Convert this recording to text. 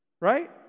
Right